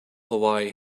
hawaii